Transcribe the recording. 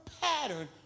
pattern